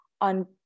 on